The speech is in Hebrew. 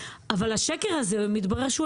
אבל מתברר שהשקר הזה הוא אמת.